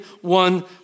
one